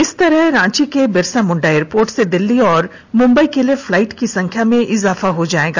इस तरह रांची के बिरसा मुंडा एयरपोर्ट से दिल्ली और मुंबई के लिए फ्लाइट की संख्या में इजाफा हो जाएगी